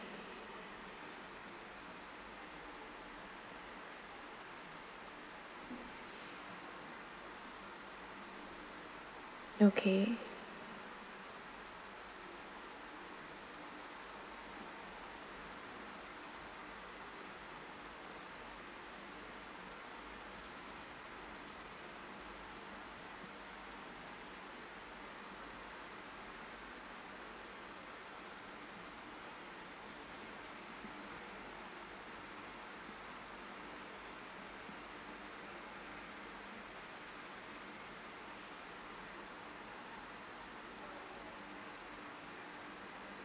okay